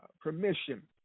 permission